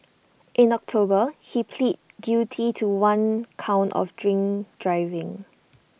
in October he pleaded guilty to one count of drink driving